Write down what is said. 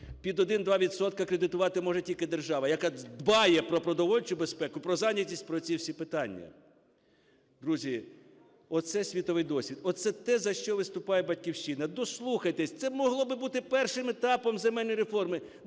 відсотки кредитувати може тільки держава, яка дбає про продовольчу безпеку, про зайнятість, про ці всі питання. Друзі, оце світовий досвід, оце те, за що виступає "Батьківщина". Дослухайтесь, це могло би бути першим етапом земельної реформи.